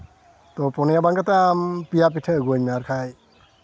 ᱛᱳ ᱯᱳᱱᱭᱟ ᱵᱟᱝ ᱠᱟᱛᱮᱫ ᱯᱮᱭᱟ ᱯᱤᱴᱷᱟᱹ ᱟᱜᱩᱣᱟᱹᱧ ᱢᱮ ᱟᱨ ᱠᱷᱟᱡ